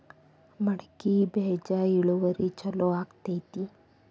ಮಡಕಿ ಬೇಜ ಇಳುವರಿ ಛಲೋ ಕೊಡ್ತೆತಿ?